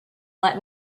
let